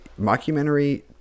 mockumentary